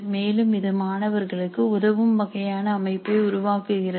மேலும் இது மாணவர்களுக்கு உதவும் வகையான அமைப்பை உருவாக்குகிறது